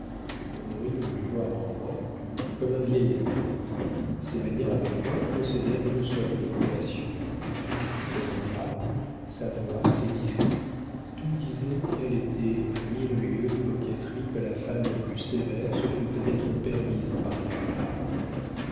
honorine voulut voir en moi comme un vieil ami ses manières avec moi procédèrent d'une sorte de compassion ses regards sa voix ses discours tout disait qu'elle était à mille lieues des coquetteries que la femme la plus sévère se fût peut-être permises en pareil cas